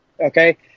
Okay